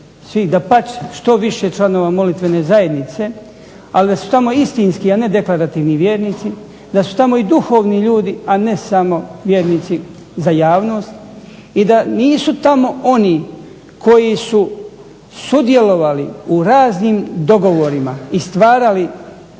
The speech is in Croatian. dapače što više članova zajednice, ali da su tamo istinski a ne deklarativni vjernici, da su tamo i duhovni ljudi, a ne samo vjernici za javnost, i da nisu tamo oni koji su sudjelovali u raznim dogovorima i stvarali